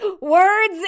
words